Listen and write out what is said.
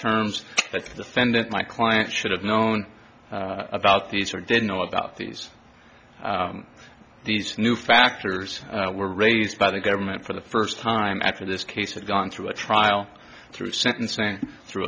the defendant my client should have known about these or didn't know about these these new factors were raised by the government for the first time after this case has gone through a trial through sentencing through